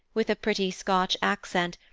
with a pretty scotch accent,